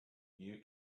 you